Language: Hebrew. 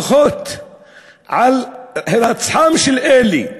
לפחות על הירצחם של אלו,